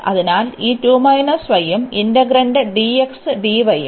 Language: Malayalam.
അതിനാൽ ഈ 2 y ഉം ഇന്റെഗ്രന്റ് dx dy ഉം